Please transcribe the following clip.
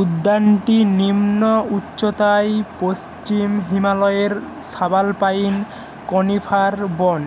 উদ্যানটি নিম্ন উচ্চতায় পশ্চিম হিমালয়ের সাবালপাইন কনিফার বন